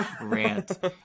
rant